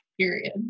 period